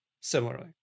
similarly